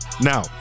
Now